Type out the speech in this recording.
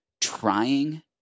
trying